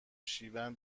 شیون